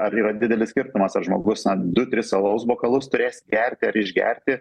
ar yra didelis skirtumas ar žmogus na du tris alaus bokalus turės gerti ar išgerti